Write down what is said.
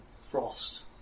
frost